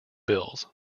bills